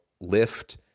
lift